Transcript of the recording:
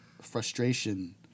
frustration